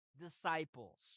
disciples